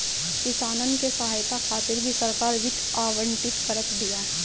किसानन के सहायता खातिर भी सरकार वित्त आवंटित करत बिया